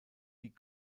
die